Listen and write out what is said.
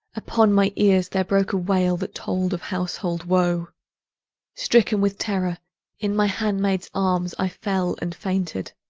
upon my ears there broke a wail that told of household woe stricken with terror in my handmaids' arms i fell and fainted.